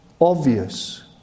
obvious